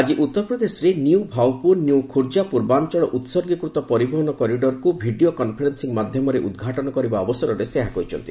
ଆଜି ଉତ୍ତରପ୍ରଦେଶରେ new Bhaupur new Khurja ପୂର୍ବାଞ୍ଚଳ ଉସର୍ଗୀକୃତ ପରିବହନ କରିଡ଼ରକୁ ଭିଡ଼ିଓ କନ୍ଫରେନ୍ସିଂ ମାଧ୍ୟମରେ ଉଦ୍ଘାଟନ କରିବା ଅବସରରେ ସେ ଏହା କହିଛନ୍ତି